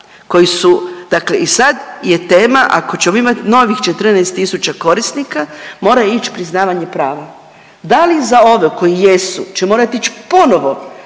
koji su, dakle i sad je tema ako ćemo imat novih 14 tisuća korisnika mora ići priznavanje prava. Da li za ove koji jesu će morat ići ponovo